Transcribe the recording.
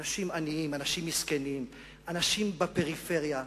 אנשים עניים, אנשים מסכנים, אנשים בפריפריה.